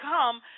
come